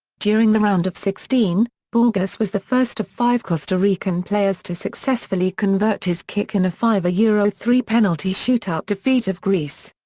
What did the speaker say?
during the round of sixteen, borges was the first of five costa rican players to successfully convert his kick in a five yeah three penalty shootout defeat of greece.